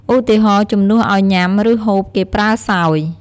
ឧទាហរណ៍ ជំនួសឲ្យ ញ៉ាំ ឬ ហូប គេប្រើ សោយ។